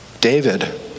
David